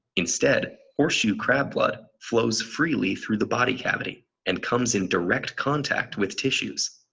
instead or shoe crab blood flows freely through the body cavity and comes in direct contact with tissues.